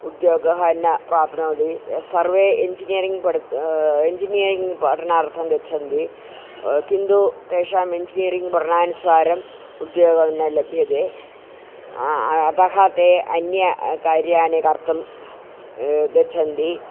उद्योगं न प्राप्नोति सर्वे इञ्जिनियरिङ्ग् पठितुम् इञ्जिनियरिङ्ग् पठनार्थं गच्छन्ति किन्तु तेषाम् इञ्जिनियरिङ्ग् पठनानुसारम् उद्योगं न लभ्यते अतः ते अन्य कार्याणि कर्तुं गच्छन्ति